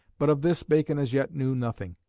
but of this bacon as yet knew nothing.